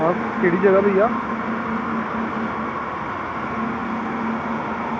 आग केह्ड़ी जगह भैया